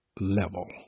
level